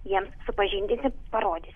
jiems supažindinsim parodysim